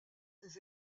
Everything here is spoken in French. des